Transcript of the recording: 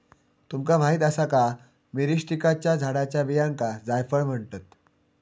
तुमका माहीत आसा का, मिरीस्टिकाच्या झाडाच्या बियांका जायफळ म्हणतत?